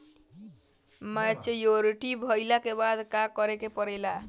Maturity भईला के बाद का करे के पड़ेला?